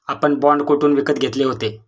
आपण बाँड कोठून विकत घेतले होते?